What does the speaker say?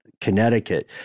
Connecticut